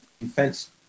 Defense